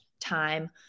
time